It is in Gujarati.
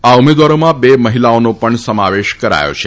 આ ઉમેદવારોમાં બે મહિલાઓનો પણ સમાવેશ કરાયો છે